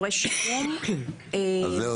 התש"ך-1960 - מקרקעי ישראל בכל מקום,